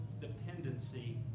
dependency